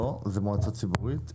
לא, זו מועצה ציבורית.